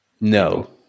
no